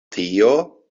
tio